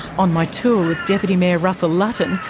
on my tour with deputy mayor russell lutton,